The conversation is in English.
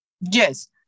Yes